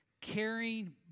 carrying